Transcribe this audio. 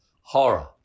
horror